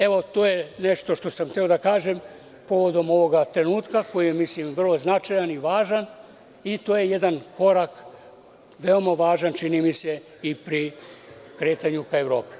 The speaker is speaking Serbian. Evo, to je nešto što sam hteo da kažem povodom ovog trenutka koji je vrlo značajan i važan i to je jedan korak veoma važan čini mi se i pri kretanju ka Evropi.